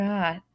God